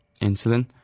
insulin